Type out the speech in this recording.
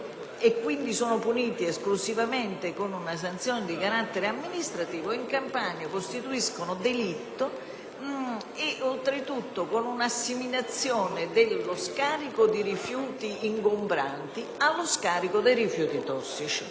e quindi sono puniti esclusivamente con una sanzione di carattere amministrativo, in Campania costituiscono delitto e oltretutto con una assimilazione dello scarico di rifiuti ingombranti allo scarico dei rifiuti tossici.